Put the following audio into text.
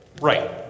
Right